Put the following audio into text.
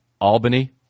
Albany